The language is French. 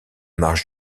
marche